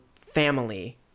family